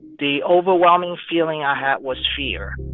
the overwhelming feeling i had was fear.